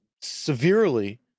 severely